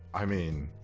i mean.